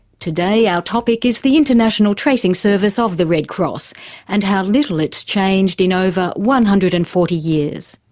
today out topic is the international tracing service of the red cross and how little it's changed in over one hundred and forty years.